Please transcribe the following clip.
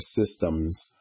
systems